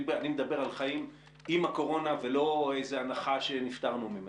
אני מדבר על חיים עם הקורונה ולא איזה הנחה שנפטרנו ממנה.